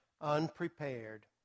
unprepared